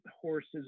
horses